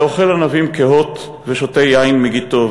לאוכל ענבים קהות ושותה יין מגתו.